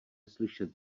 slyšet